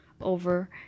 over